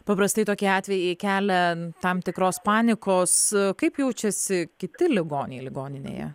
paprastai tokie atvejai kelia tam tikros panikos kaip jaučiasi kiti ligoniai ligoninėje